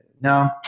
No